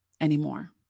anymore